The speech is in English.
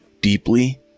deeply